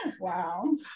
Wow